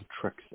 tricks